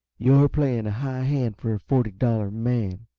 you're playing a high hand for a forty-dollar man,